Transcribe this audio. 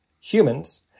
humans